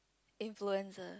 influencer